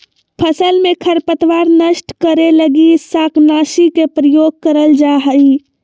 फसल में खरपतवार नष्ट करे लगी शाकनाशी के प्रयोग करल जा हइ